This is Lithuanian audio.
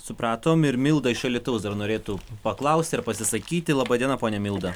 supratom ir milda iš alytaus dar norėtų paklausti ar pasisakyti laba diena ponia milda